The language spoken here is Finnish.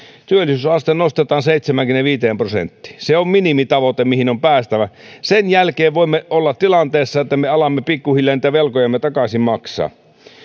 työllisyysaste nostetaan seitsemäänkymmeneenviiteen prosenttiin se on minimitavoite mihin on päästävä sen jälkeen voimme olla tilanteessa että me alamme pikkuhiljaa niitä velkojamme takaisin maksaa